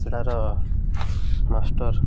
ସେଇଟାର ମାଷ୍ଟର୍